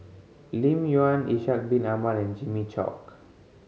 Lim Yau Ishak Bin Ahmad and Jimmy Chok